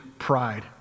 pride